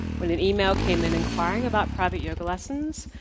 when an email came and inquiring about private yoga lessons,